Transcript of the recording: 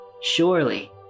Surely